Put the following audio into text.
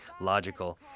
logical